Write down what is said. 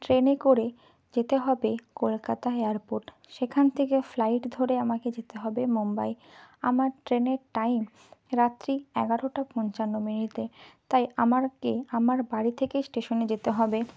ট্রেনে করে যেতে হবে কলকাতা এয়ারপোর্ট সেখান থেকে ফ্লাইট ধরে আমাকে যেতে হবে মুম্বাই আমার ট্রেনের টাইম রাত্রি এগারোটা পঞ্চান্ন মিনিটে তাই আমারকে আমার বাড়ি থেকেই স্টেশনে যেতে হবে